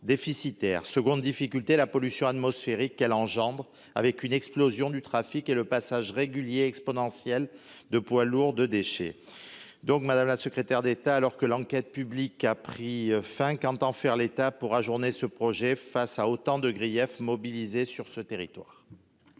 déficitaire. Seconde difficulté, ce projet engendrerait une pollution atmosphérique importante, avec une explosion du trafic, et le passage régulier et exponentiel de poids lourds de déchets. Madame la secrétaire d'État, alors que l'enquête publique a pris fin, qu'entend faire l'État pour ajourner ce projet face à autant de griefs mobilisés sur ce territoire ?